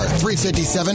357